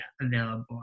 available